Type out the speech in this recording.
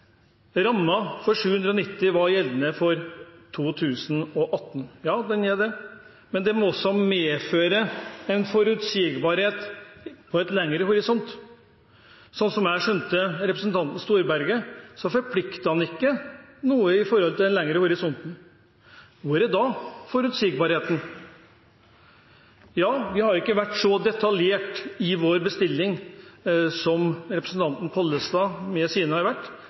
790 mill. kr var gjeldende for 2018. Ja, den er det, men det må også medføre en forutsigbarhet i en lengre horisont. Sånn som jeg skjønte representanten Storberget, forpliktet de seg ikke noe i en lengre horisont. Hvor er da forutsigbarheten? Vi har ikke vært så detaljert i vår bestilling som representanten Pollestad med sine har vært,